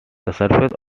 surface